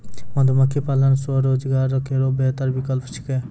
मधुमक्खी पालन स्वरोजगार केरो बेहतर विकल्प छिकै